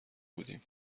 بودیم